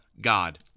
God